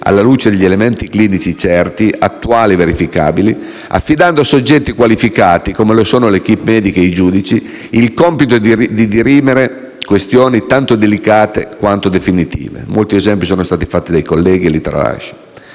alla luce di elementi clinici certi, attuali e verificabili, affidando a soggetti qualificati - come lo sono le *équipe* mediche e i giudici - il compito di dirimere questioni tanto delicate, quanto definitive. Molti esempi sono stati fatti dai colleghi e, perciò, li tralascio.